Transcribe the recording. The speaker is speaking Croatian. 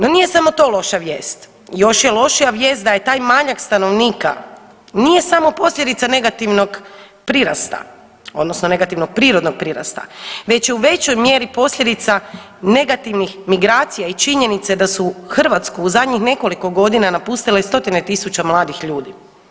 Da nije samo to loša vijest još je lošija vijest da je taj manjak stanovnika nije samo posljedica negativnog prirasta odnosno negativnog prirodnog prirasta već je u većoj mjeri posljedica negativnih migracija i činjenice da su Hrvatsku u zadnjih nekoliko godina napustile stotine tisuća mladih ljudi.